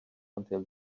until